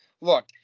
Look